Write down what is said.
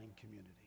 community